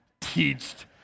teached